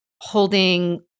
holding